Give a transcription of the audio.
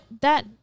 that-